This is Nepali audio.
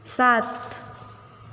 सात